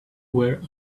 were